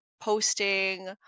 posting